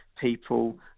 people